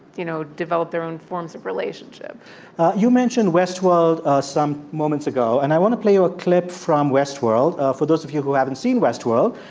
you know, develop their own forms of relationship you mentioned westworld ah some moments ago, and i want to play a ah clip from westworld. for those of you who haven't seen westworld,